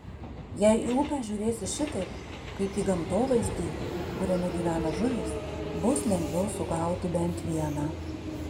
jei į upę žiūrėsi šitaip kaip į gamtovaizdį kuriame gyvena žuvys bus lengviau sugauti bent vieną